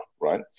right